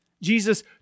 Jesus